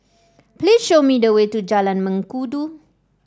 please show me the way to Jalan Mengkudu